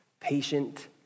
patient